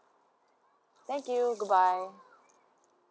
thank you goodbye